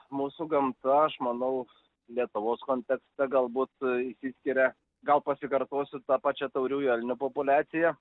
mūsų gamta aš manau lietuvos kontekste galbūt tai išsiskiria gal pasikartosiu ta pačia tauriųjų elnių populiacija